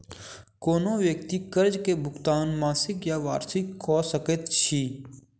कोनो व्यक्ति कर्ज के भुगतान मासिक या वार्षिक कअ सकैत अछि